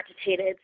agitated